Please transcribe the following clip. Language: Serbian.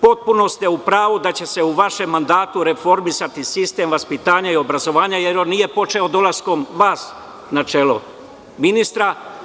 Potpuno ste upravu da će se u vašem mandatu reformisati sistem vaspitanja i obrazovanja jer on nije počeo dolaskom vas na čelo ministra.